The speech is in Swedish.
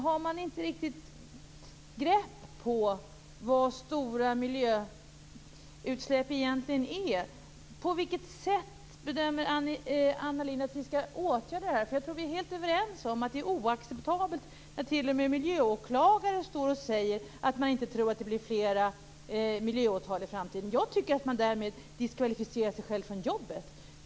Har man inte något riktigt grepp över vad stora miljöutsläpp egentligen är? På vilket sätt bedömer Anna Lindh att vi skall åtgärda det här? Jag tror att vi är helt överens om att det är oacceptabelt att t.o.m. miljöåklagare säger att man inte tror att det i framtiden blir flera miljöåtal. Jag tycker att man därmed diskvalificerar sig själv från sitt jobb.